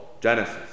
Genesis